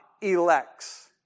elects